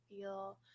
feel